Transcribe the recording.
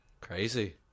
Crazy